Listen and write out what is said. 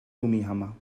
gummihammer